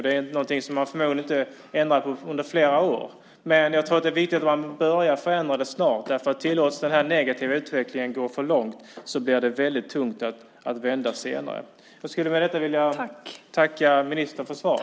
Det är förmodligen något som man inte kunnat ändra på under flera år. Men jag tror att det är viktigt att börja förändra detta snart, därför att om den negativa utvecklingen tillåts att gå för långt blir det väldigt tungt att vända den senare. Jag skulle med detta vilja tacka ministern för svaret.